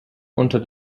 unter